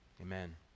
amen